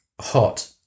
hot